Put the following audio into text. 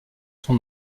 son